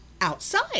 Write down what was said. outside